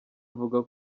avuga